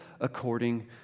according